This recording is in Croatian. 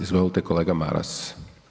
Izvolite kolega Maras.